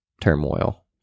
turmoil